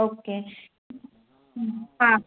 okay हूं हा